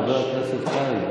חבר הכנסת קרעי.